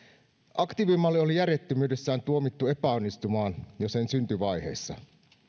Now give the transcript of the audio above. aktiivimalli oli järjettömyydessään tuomittu epäonnistumaan jo sen syntyvaiheissa